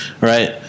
right